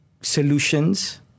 solutions